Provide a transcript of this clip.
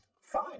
Fine